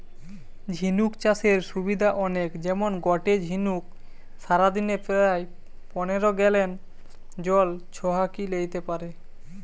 ঝিনুক চাষের সুবিধা অনেক যেমন গটে ঝিনুক সারাদিনে প্রায় পনের গ্যালন জল ছহাকি লেইতে পারে